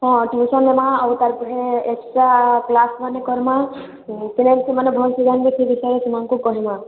ହଁ ଟ୍ୟୁସନ୍ ଦେମା ଆଉ ତା'ର୍ ପରେ ଏକ୍ସଟ୍ରା କ୍ଲାସ୍ମାନେ କର୍ମା ସେମାନେ ଭଲ ସେ ଜାନ୍ବେ ସେଇ ବିଷୟରେ ସେମାନକୁ କହିମା